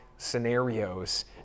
scenarios